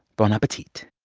bon appetit